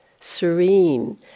serene